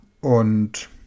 und